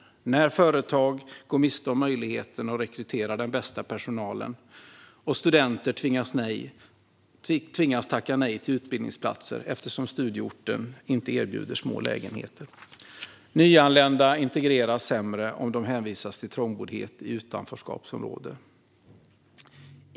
Det får följder när företag går miste om möjligheten att rekrytera den bästa personalen och när studenter tvingas tacka nej till utbildningsplatser eftersom studieorten inte erbjuder små lägenheter. Nyanlända integreras sämre om de hänvisas till trångboddhet i utanförskapsområden.